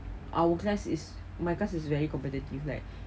our class is my class it's very competitive like